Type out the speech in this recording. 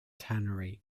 tannery